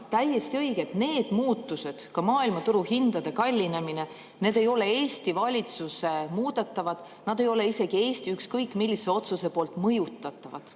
Täiesti õige, et need muutused, ka maailmaturu hindade kallinemine, need ei ole Eesti valitsuse muudetavad, nad ei ole isegi Eesti ükskõik millise otsuse poolt mõjutatavad.